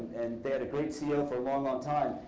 they had a great ceo for a long um time.